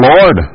Lord